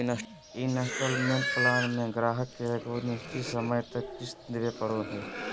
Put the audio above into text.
instalment plan मे गाहक के एगो निश्चित समय तक किश्त देवे पड़ो हय